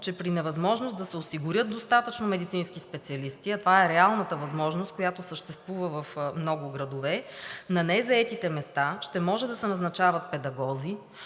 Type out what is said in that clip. че при невъзможност да се осигурят достатъчно медицински специалисти, а това е реалната възможност, която съществува в много градове, на незаетите места ще може да се назначават педагози,